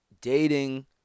dating